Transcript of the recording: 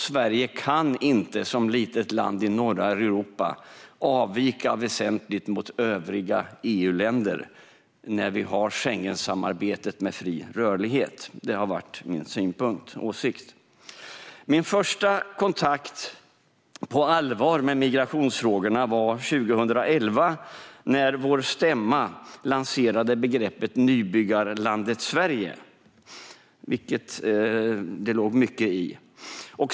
Sverige kan inte som ett litet land i norra Europa avvika väsentligt från övriga EU-länder när vi har Schengensamarbetet med fri rörlighet. Det har varit min synpunkt och åsikt. Min första kontakt på allvar med migrationsfrågorna var 2011, när Centerpartiets stämma lanserade begreppet Nybyggarlandet Sverige, vilket det låg mycket i.